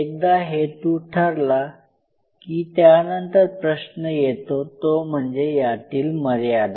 एकदा हेतू ठरला की त्यानंतर प्रश्न येतो तो म्हणजे यातील मर्यादा